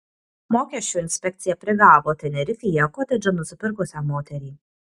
mokesčių inspekcija prigavo tenerifėje kotedžą nusipirkusią moterį